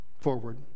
forward